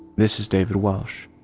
this is david welsh.